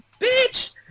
Bitch